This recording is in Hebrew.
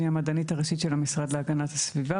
אני המדענית הראשית של המשרד להגנת הסביבה